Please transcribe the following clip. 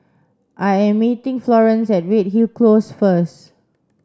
I am meeting Florance at Redhill Close first